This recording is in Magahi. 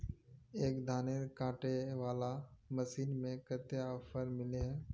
एक धानेर कांटे वाला मशीन में कते ऑफर मिले है?